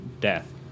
death